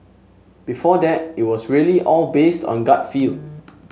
before that it was really all based on gut feel